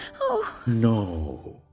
oohh! no.